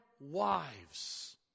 wives